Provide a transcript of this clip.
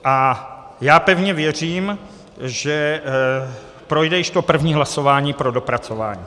A já pevně věřím, že projde již to první hlasování pro dopracování.